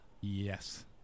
Yes